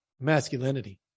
masculinity